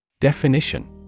Definition